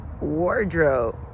wardrobe